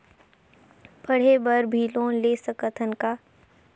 पढ़े बर भी लोन ले सकत हन का?